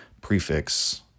prefix